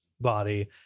body